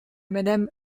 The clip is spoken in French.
madame